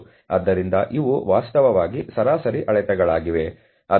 ಆದ್ದರಿಂದ ಇವು ವಾಸ್ತವವಾಗಿ ಸರಾಸರಿ ಅಳತೆಗಳಾಗಿವೆ